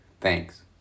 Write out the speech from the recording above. Thanks